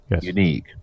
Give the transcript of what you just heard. unique